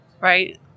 right